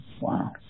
Wow